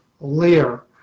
layer